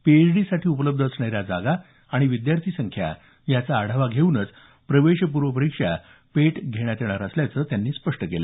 पीएचडीसाठी उपलब्ध असणाऱ्या जागा आणि विद्यार्थी संख्या याचा आढावा घेऊनच प्रवेशपूर्व परीक्षा पेट घेण्यात येणार असल्याचं त्यांनी यावेळी स्पष्ट केलं